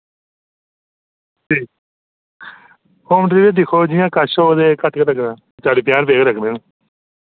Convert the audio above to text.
ठीक home delivery दिक्खो जि'यां कच्छ हो ते घट गै लगदा चाली पञां रपे गै लग्गने न